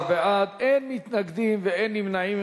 12 בעד, אין מתנגדים ואין נמנעים.